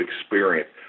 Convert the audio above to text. experience